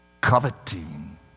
coveting